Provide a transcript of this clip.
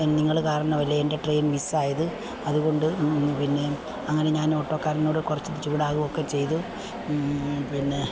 നിങ്ങൾ കാരണം അല്ലേ എൻ്റെ ട്രെയിൻ മിസ്സ് ആയത് അതുകൊണ്ട് പിന്നെ അങ്ങനെ ഞാൻ ഓട്ടോക്കാരനോട് കുറച്ച് ചൂടാവുകയൊക്കെ ചെയ്തു പിന്നെ